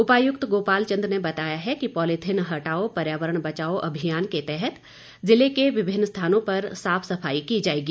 उपायुक्त गोपाल चंद ने बताया है कि पॉलिथीन हटाओ पर्यावरण बचाओ अभियान के तहत जिले के विभिन्न स्थानों पर साफ सफाई की जाएगी